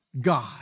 God